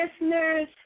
listeners